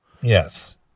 yes